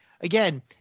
Again